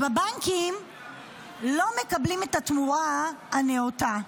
בבנקים לא מקבלים את התמורה הנאותה.